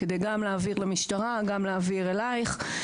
גם כדי להעביר למשטרה וגם כדי להעביר אלייך.